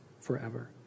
forever